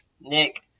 Nick